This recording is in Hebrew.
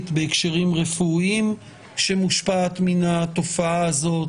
בהקשרים רפואיים שמושפעת מן התופעה הזאת.